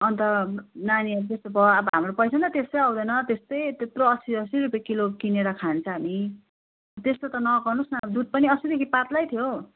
अन्त नानी त्यस्तो भयो अब हाम्रो पैसा पनि त त्यसै आउँदैन त्यसै त्यत्रो अस्सी अस्सी रुपियाँ किलो किनेर खान्छ हामी त्यस्तो त नगर्नुहोस् न दुध पनि अस्तिदेखि पातलै थियो